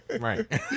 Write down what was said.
Right